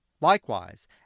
Likewise